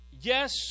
yes